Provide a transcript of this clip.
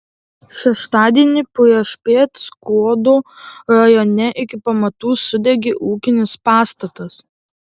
šeštadienį priešpiet skuodo rajone iki pamatų sudegė ūkinis pastatas